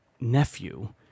nephew